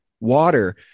water